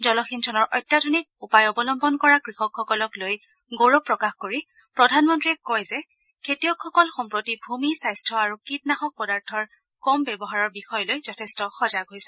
জলসিঞ্চনৰ অত্যাধুনিক উপায় অৱলম্বন কৰা কৃষকসকলক লৈ গৌৰৱ প্ৰকাশ কৰি প্ৰধানমন্ত্ৰীয়ে কয় যে খেতিয়কসকল সম্প্ৰতি ভূমি স্বাস্থ আৰু কীতনাশক পদাৰ্থৰ কম ব্যৱহাৰৰ বিষয় লৈ যথেষ্ট সজাগ হৈছে